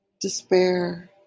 despair